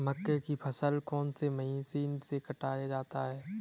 मक्के की फसल को कौन सी मशीन से काटा जाता है?